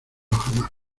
jamás